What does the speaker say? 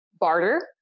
barter